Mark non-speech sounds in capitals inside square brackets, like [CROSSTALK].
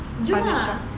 [NOISE]